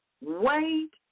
Wait